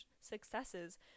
successes